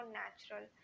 natural